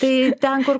tai ten kur